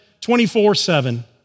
24-7